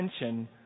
attention